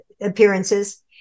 appearances